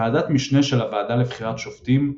ועדת משנה של הוועדה לבחירת שופטים,